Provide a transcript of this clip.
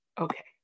okay